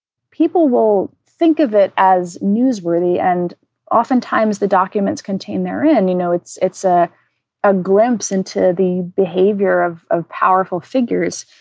people will think of it as newsworthy and oftentimes the documents contain their end. you know, it's a ah ah glimpse into the behavior of of powerful figures.